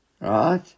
Right